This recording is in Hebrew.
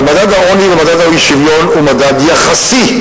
אבל מדד העוני ומדד האי-שוויון הוא מדד יחסי: